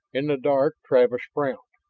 in the dark travis frowned.